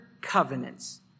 covenants